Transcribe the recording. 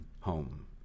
home